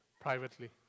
privately